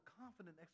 confident